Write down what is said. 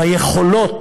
ביכולות